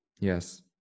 Yes